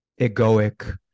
egoic